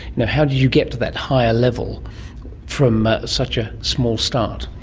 you know how did you get to that higher level from such a small start?